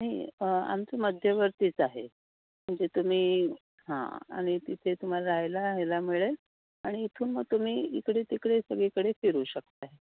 नाही आमचं मध्यवर्तीच आहे म्हणजे तुम्ही हां आणि तिथे तुम्हाला राहायला ह्याला मिळेल आणि इथून मग तुम्ही इकडे तिकडे सगळीकडे फिरू शकता आहे